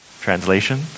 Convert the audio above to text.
Translation